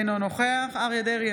אינו נוכח אריה מכלוף דרעי,